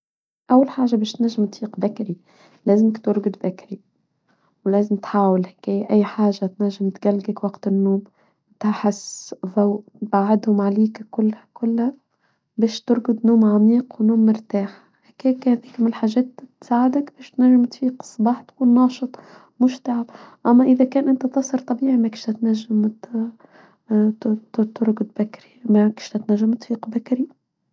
أول حاجة باش تنجم تفيق بكري لازمك ترقد بكري ولازم تحاول أي حاجة تنجم تقلقك وقت النوم تحس ظوء بعدهم عليك كلها باش ترقد نوم عميق ونوم مرتاح حاجات تساعدك باش تنجم تفيق الصباح تكون ناشط مش تعب أما إذا كانت تصير طبيعي ما كشت تنجم ترقد بكري ماكشت تنجم تفيق بكري.